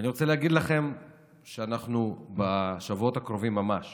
אני רוצה להגיד לכם שאנחנו בשבועות הקרובים ממש